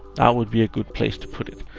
that would be a good place to put it.